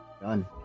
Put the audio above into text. Done